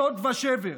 שוד ושבר.